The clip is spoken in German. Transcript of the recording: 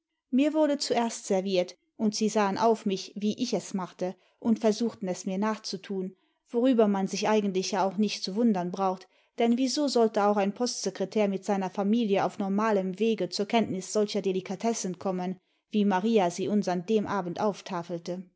mir wurde zuerst serviert und sie sahen auf mich wie ich es machte und versuchten es mir nachzutun worüber man sich eigentlich ja auch nicht zu wundem braucht denn wieso sollte auch ein postsekretär mit seiner familie auf normalem wege zur kenntnis solcher delikatessen kommen wie maria sie uns an dem abende